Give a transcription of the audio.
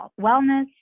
wellness